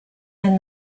and